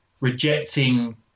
rejecting